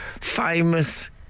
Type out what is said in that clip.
famous